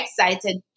excited